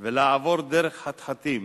ולעבור דרך חתחתים.